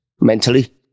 mentally